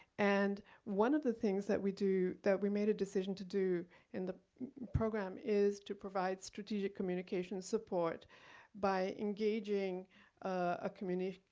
and one of the things that we do, that we made a decision to do in the program is to provide strategic communication support by engaging a community,